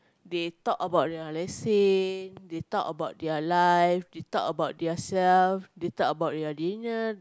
they talk about their let's say they talk about their life they talk about their self they talk about their dinner